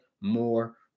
more